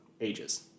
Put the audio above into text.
ages